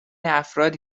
افرادی